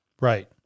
right